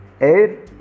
air